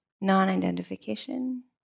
non-identification